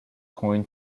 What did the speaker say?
coin